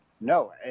No